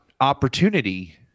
opportunity